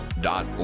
dot